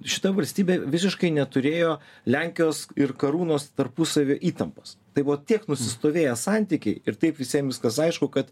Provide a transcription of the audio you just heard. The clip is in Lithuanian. šita valstybė visiškai neturėjo lenkijos ir karūnos tarpusavio įtampos tai buvo tiek nusistovėję santykiai ir taip visiem viskas aišku kad